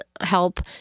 help